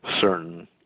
certain